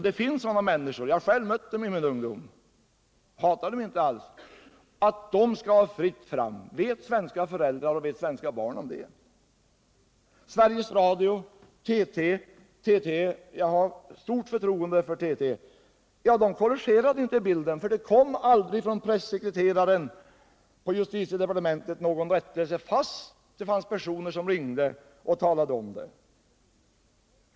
Det finns sådana människor jag har själv mött dem i min ungdom, och jag hatar dem inte alls. Vet svenska föräldrar och svenska barn om det här? Sveriges Radio och TT -— jag har stort förtroende för TT — korrigerade inte bilden. Det kom aldrig någon rättelse från pressekreteraren på justitiedepartementet fast det var personer som ringde och talade om detta.